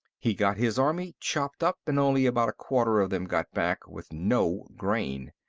he got his army chopped up, and only about a quarter of them got back, with no grain.